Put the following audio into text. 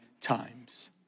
times